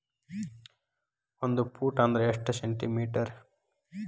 ಒಂದು ಫೂಟ್ ಅಂದ್ರ ಎಷ್ಟು ಸೆಂಟಿ ಮೇಟರ್?